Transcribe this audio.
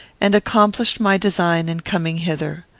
and accomplished my design in coming hither.